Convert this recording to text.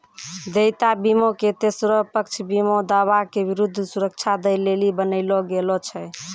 देयता बीमा के तेसरो पक्ष बीमा दावा के विरुद्ध सुरक्षा दै लेली बनैलो गेलौ छै